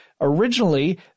Originally